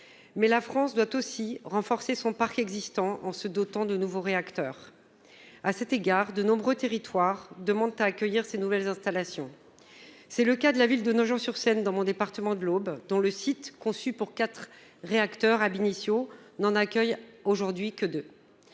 mais la France doit aussi renforcer son parc existant en se dotant de nouveaux réacteurs. De nombreux territoires demandent à accueillir ces nouvelles installations. C'est le cas de la ville de Nogent-sur-Seine dans mon département de l'Aube, dont le site, initialement conçu pour quatre réacteurs, n'en accueille actuellement que